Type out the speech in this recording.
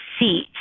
seat